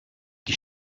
die